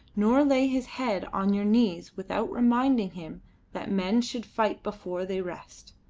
nor lay his head on your knees without reminding him that men should fight before they rest.